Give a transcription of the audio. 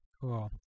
Cool